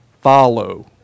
follow